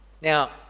Now